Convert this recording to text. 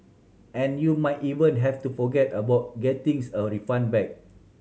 and you might even have to forget about getting a refund back